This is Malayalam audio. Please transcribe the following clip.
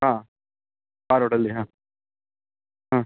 ആ അവരോടല്ലേ ഹാ ആ